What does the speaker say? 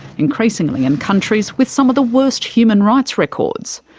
increasingly in countries with some of the worst human rights records.